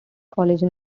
college